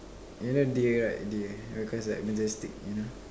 you dear right dear because like majestic you know